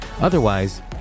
Otherwise